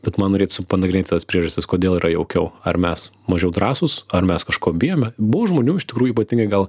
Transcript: bet man norėtųsi panagrinėt tas priežastis kodėl yra jaukiau ar mes mažiau drąsūs ar mes kažko bijome buvo žmonių iš tikrųjų ypatingai gal